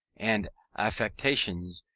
and affections,